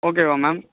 ஓகேவா மேம்